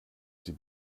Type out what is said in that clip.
sie